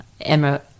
Emma